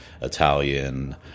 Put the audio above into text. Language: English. Italian